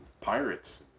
Pirates